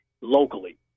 locally